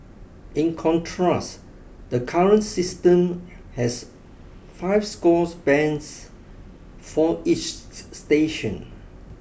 in contrast the current system has five score bands for each station